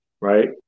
right